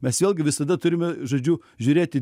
mes vėlgi visada turime žodžiu žiūrėti